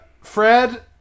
Fred